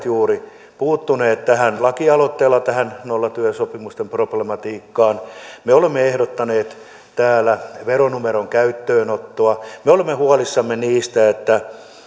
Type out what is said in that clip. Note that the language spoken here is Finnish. juuri puuttuneet lakialoitteella tähän nollatyösopimusten problematiikkaan me olemme ehdottaneet täällä veronumeron käyttöönottoa me olemme huolissamme siitä että